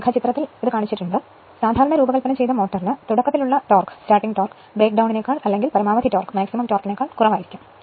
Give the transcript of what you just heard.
രേഖാചിത്രത്തിൽ ഞാൻ കാണിച്ചിരിക്കുന്നത് പോലെ സാധാരണ രൂപകൽപ്പന ചെയ്ത മോട്ടോറിന് തുടക്കത്തിലുള്ള ടോർക്ക് ബ്രേക്ക്ഡൌണിനേക്കാൾ അല്ലെങ്കിൽ പരമാവധി ടോർക്ക് നേക്കാൾ കുറവായിരിക്കും